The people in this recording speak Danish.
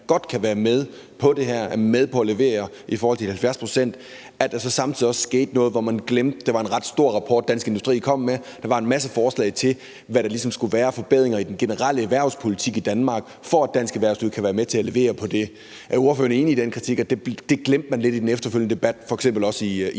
godt kan være med på det her, altså med på at levere i forhold til de 70 pct., samtidig også skete det, at man glemte, at det var en ret stor rapport, Dansk Industri kom med. Der var en masse forslag til, hvad der ligesom skal være af forbedringer i den generelle erhvervspolitik i Danmark, for at dansk erhvervsliv kan være med til at levere på det. Er ordføreren enig i den kritik af, at man glemte det lidt i den efterfølgende debat af f.eks.